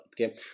Okay